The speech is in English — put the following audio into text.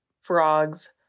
frogs